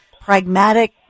pragmatic